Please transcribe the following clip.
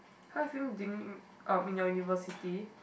how are you feeling doing um in your university